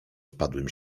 spadłym